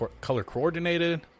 color-coordinated